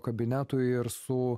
kabinetui ir su